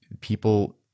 people